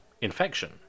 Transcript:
infection